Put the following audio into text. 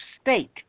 state